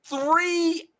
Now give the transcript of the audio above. three